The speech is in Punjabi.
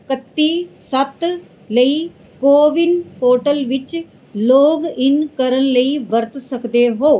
ਇਕੱਤੀ ਸੱਤ ਲਈ ਕੋਵਿਨ ਪੋਰਟਲ ਵਿੱਚ ਲੌਗਇਨ ਕਰਨ ਲਈ ਵਰਤ ਸਕਦੇ ਹੋ